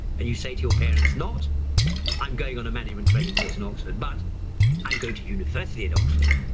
and you say to your parents not i'm going on a management training course in oxford, but i'm going to university at oxford.